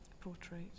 portrait